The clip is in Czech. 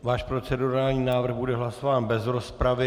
Váš procedurální návrh bude hlasován bez rozpravy.